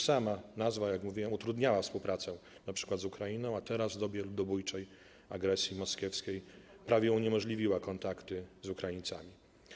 Sama nazwa, jak mówiłem, utrudniała współpracę np. z Ukrainą, a teraz w dobie ludobójczej agresji moskiewskiej prawie uniemożliwiła kontakty z Ukraińcami.